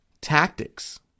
tactics